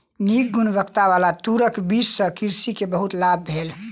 नीक गुणवत्ताबला तूरक बीज सॅ कृषक के बहुत लाभ भेल